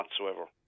whatsoever